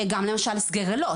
גם, למשל, הסגר אילות.